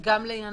מתנגדת